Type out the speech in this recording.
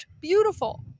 beautiful